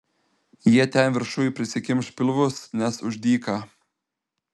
jie ten viršuj prisikimš pilvus nes už dyka